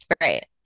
Right